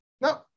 No